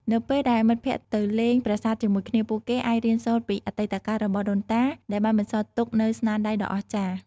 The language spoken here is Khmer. នៅពេលដែលមិត្តភក្តិទៅលេងប្រាសាទជាមួយគ្នា ពួកគេអាចរៀនសូត្រពីអតីតកាលរបស់ដូនតា ដែលបានបន្សល់ទុកនូវស្នាដៃដ៏អស្ចារ្យ។